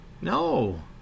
No